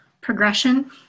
progression